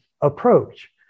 approach